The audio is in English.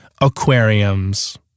Aquariums